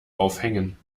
aufhängen